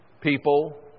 people